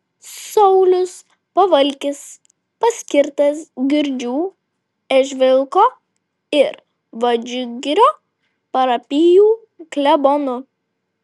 saulius pavalkis paskirtas girdžių eržvilko ir vadžgirio parapijų klebonu